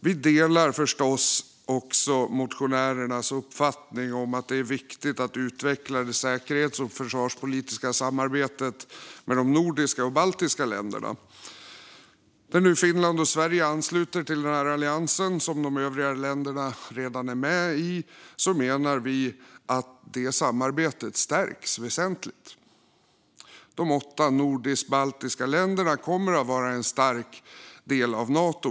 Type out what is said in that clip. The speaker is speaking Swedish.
Vi delar förstås också motionärernas uppfattning att det är viktigt att utveckla det säkerhets och försvarspolitiska samarbetet med de nordiska och baltiska länderna. När nu Finland och Sverige ansluter till den allians som de övriga länderna redan är med i menar vi att det samarbetet stärks väsentligt. De åtta nordisk-baltiska länderna kommer att vara en stark del av Nato.